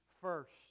first